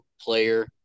player